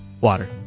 water